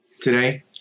today